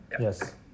Yes